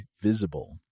Visible